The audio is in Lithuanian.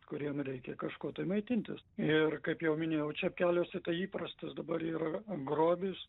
kuriem reikia kažkuo tai maitintis ir kaip jau minėjau čepkeliuose tai įprastas dabar yra grobis